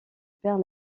perd